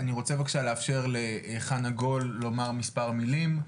אני רוצה בבקשה לאפשר לחנה גול לומר מספר מלים.